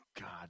God